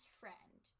friend